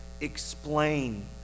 explain